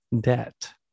debt